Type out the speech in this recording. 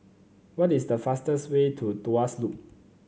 what is the fastest way to Tuas Loop